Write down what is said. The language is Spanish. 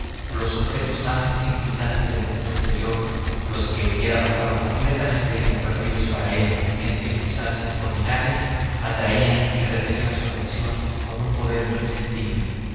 los objetos más insignificantes del mundo exterior los que hubieran pasado completamente inadvertidos para él en circunstancias ordinarias atraían y retenían su atención con un poder irresistible